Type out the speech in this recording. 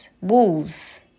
walls